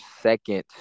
second